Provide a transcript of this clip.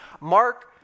Mark